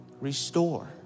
restore